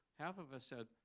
half of us said,